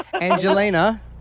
Angelina